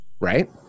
right